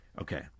Okay